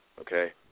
Okay